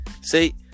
See